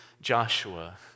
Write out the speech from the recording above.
Joshua